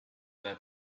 their